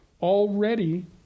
Already